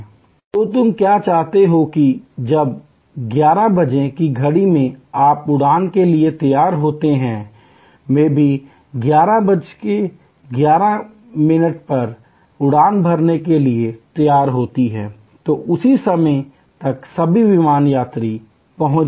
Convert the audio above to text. तो तुम क्या चाहते हो कि जब ११ बजे की घड़ी में आप उड़ान के लिए तैयार होते हैं या २२११ को उड़ान भरने के लिए तैयार होते हैं तो उस समय तक सभी विमान यात्री वहाँ पहुँच जाते हैं